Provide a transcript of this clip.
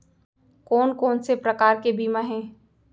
कोन कोन से प्रकार के बीमा हे?